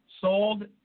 sold